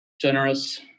generous